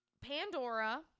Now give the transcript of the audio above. Pandora